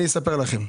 אני אספר לכם.